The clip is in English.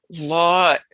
law